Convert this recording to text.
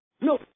No